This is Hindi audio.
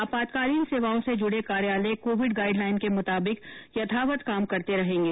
आपातकालीन सेवाओं से जुड़े कार्यालय कोविड गाइडलाइन के मुताबिक यथावत काम करते रहेंगे